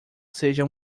seja